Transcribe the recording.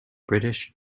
british